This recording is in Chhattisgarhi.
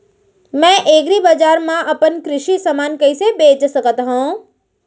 मैं एग्रीबजार मा अपन कृषि समान कइसे बेच सकत हव?